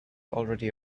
already